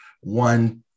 one